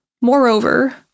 Moreover